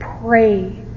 pray